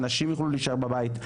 הנשים יוכלו להישאר בבית.